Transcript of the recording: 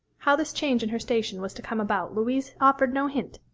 how this change in her station was to come about louise offered no hint,